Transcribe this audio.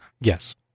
Yes